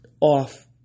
off